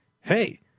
Hey